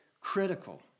critical